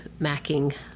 macking